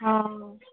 हँ